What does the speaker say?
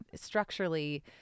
structurally